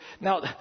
Now